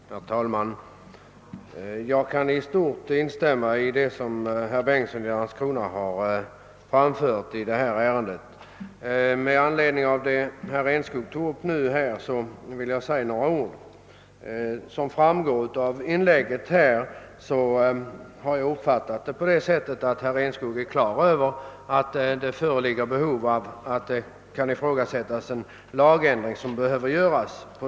Herr talman! Jag kan i stort instämma i vad herr Bengtsson i Landskrona framfört i ärendet. Med anledning av vad herr Enskog anförde vill jag säga några ord. Jag fick den uppfattningen av herr Enskogs anförande att han har klart för sig att det föreligger behov av en lagändring på detta område.